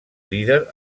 líder